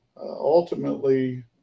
Ultimately